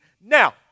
Now